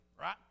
right